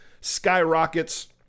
skyrockets